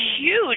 huge